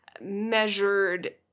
measured